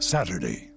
Saturday